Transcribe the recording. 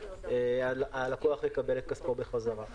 הלקוח יקבל כספי חזרה.